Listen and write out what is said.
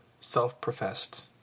self-professed